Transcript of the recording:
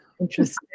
Interesting